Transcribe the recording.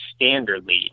standardly